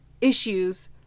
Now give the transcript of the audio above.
issues